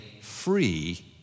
free